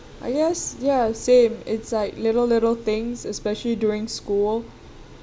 I guess ya same it's like little little things especially during school